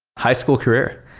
high school career.